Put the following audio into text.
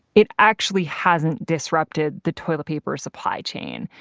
it actually hasn't disrupted the toilet paper supply chain.